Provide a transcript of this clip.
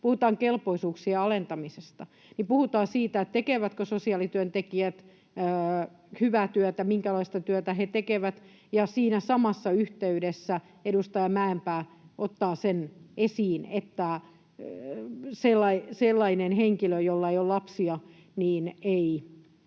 puhutaan kelpoisuuksien alentamisesta, puhutaan siitä, tekevätkö sosiaalityöntekijät hyvää työtä, minkälaista työtä he tekevät, ja siinä samassa yhteydessä edustaja Mäenpää ottaa esiin sen, että sellaisen henkilön, jolla ei ole lapsia, ei